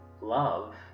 love